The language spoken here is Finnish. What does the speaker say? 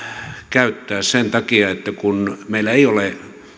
käyttää sen takia että kun meillä